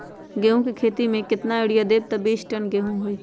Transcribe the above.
गेंहू क खेती म केतना यूरिया देब त बिस टन गेहूं होई?